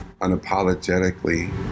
unapologetically